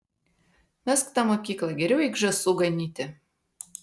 mesk tą mokyklą geriau eik žąsų ganyti